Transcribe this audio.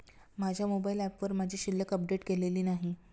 माझ्या मोबाइल ऍपवर माझी शिल्लक अपडेट केलेली नाही